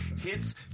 hits